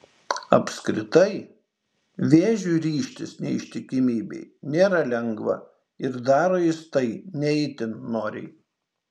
apskritai vėžiui ryžtis neištikimybei nėra lengva ir daro jis tai ne itin noriai